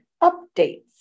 updates